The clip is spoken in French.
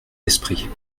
esprit